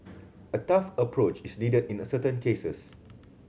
a tough approach is needed in a certain cases